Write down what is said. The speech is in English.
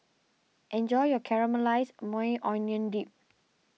enjoy your Caramelized Maui Onion Dip